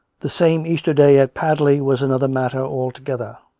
the same easter day at padley was another matter altogether.